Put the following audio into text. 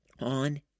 On